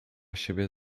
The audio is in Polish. siebie